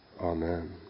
Amen